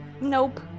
Nope